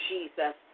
Jesus